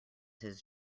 his